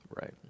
Right